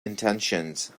intentions